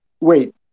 wait